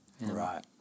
Right